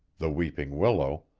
the weeping willow,